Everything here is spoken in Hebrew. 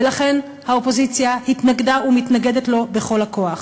ולכן האופוזיציה התנגדה ומתנגדת לו בכל הכוח.